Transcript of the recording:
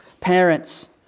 Parents